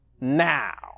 now